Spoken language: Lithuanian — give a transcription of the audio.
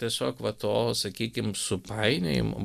tiesiog va to sakykim supainiojimo